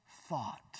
thought